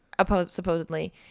supposedly